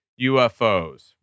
UFOs